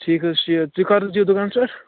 ٹھیٖک حظ چھُ تُہۍ کَر حظ یِیِو دُکانس پٮ۪ٹھ